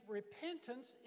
repentance